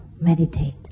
meditate